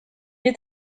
est